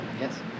Yes